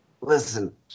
Listen